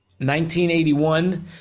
1981